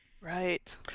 Right